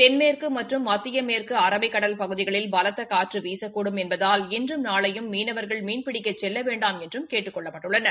தென்மேற்கு மற்றும் மத்திய மேற்கு அரபிக்கடல் பகுதிகளில் பலத்த காற்று வீசக்கூடும் என்பதால் இன்றும் நாளையும் மீனவர்கள் மீன்பிடிக்கச் செல்ல வேண்டாம் என்று கேட்டுக் கொள்ளப்பட்டுள்ளனர்